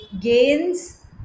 gains